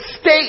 state